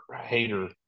hater